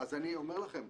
אז אני אומר לכם,